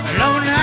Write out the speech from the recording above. Alone